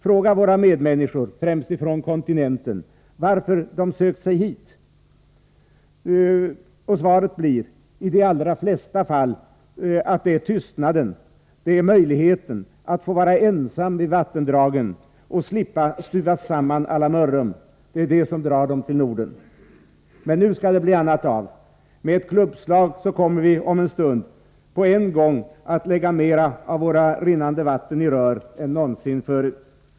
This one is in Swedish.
Fråga våra medmänniskor, främst från kontinenten, varför de sökt sig hit, och svaret blir i de allra flesta fall att det är tystnaden, att det är möjligheten att få vara ensam vid vattendragen och slippa stuvas samman å la Mörrum som drar dem till Norden. Men nu skall det bli annat av — med ett klubbslag kommer vi om en stund på en gång att lägga mera av våra rinnande vatten i rör än någonsin förr.